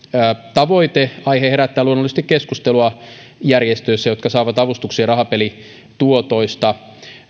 tavoite aihe herättää luonnollisesti keskustelua järjestöissä jotka saavat avustuksia rahapelituotoista